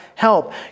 help